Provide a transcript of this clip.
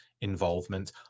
involvement